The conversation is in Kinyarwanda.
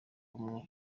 bumwe